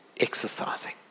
exercising